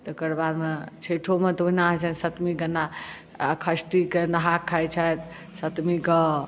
तकरबाद मे छैठौ मे त ओहिना होइ छै सप्तमी के नहा खष्ठी के नहा खाए छथि सप्तमी कऽ